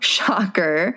Shocker